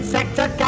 Sector